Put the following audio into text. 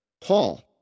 Paul